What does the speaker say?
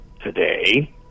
today